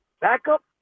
Backup